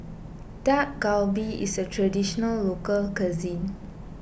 Dak Galbi is a Traditional Local Cuisine